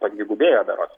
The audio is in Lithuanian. padvigubėjo berods